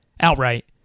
outright